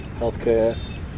healthcare